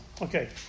Okay